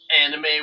Anime